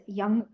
young